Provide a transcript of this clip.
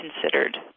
considered